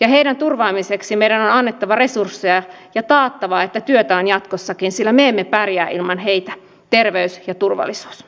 heidän turvaamisekseen meidän on annettava resursseja ja taattava että työtä on jatkossakin sillä me emme pärjää ilman heitä terveys ja turvallisuus